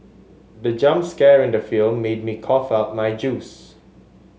the jump scare in the film made me cough out my juice